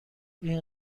این